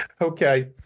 Okay